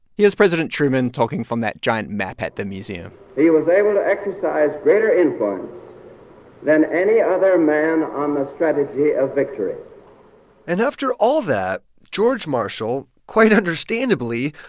here's president truman talking from that giant map at the museum he was able to exercise greater influence than any other man on the strategy of victory and after all that, george marshall, quite understandably,